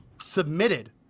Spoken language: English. submitted